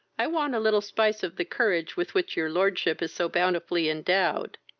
i want a little spice of the courage with which your lordship is so bountifully endowed.